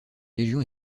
légion